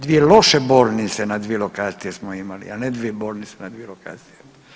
Dvije loše bolnice na dvije lokacije smo imali, a ne dvije bolnice na dvije lokacije.